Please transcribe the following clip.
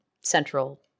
central